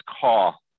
call